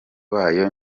bayo